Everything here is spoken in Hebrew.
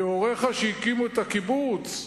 מהוריך שהקימו את הקיבוץ?